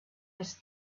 his